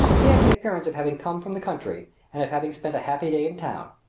he had the appearance of having come from the country and of having spent a happy day in town.